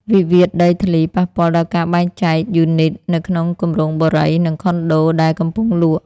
វិវាទដីធ្លីប៉ះពាល់ដល់ការបែងចែកយូនីត នៅក្នុងគម្រោងបុរី និងខុនដូដែលកំពុងលក់។